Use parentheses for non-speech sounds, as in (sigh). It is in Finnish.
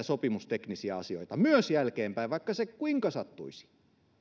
(unintelligible) sopimusteknisiä asioita myös jälkeenpäin vaikka se kuinka sattuisi